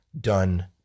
done